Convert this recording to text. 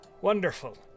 Wonderful